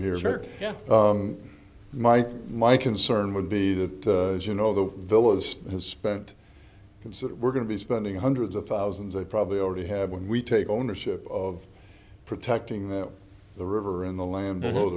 or my my concern would be that as you know the village has spent consider we're going to be spending hundreds of thousands they probably already have when we take ownership of protecting that the river and the land